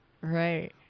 right